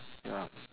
ya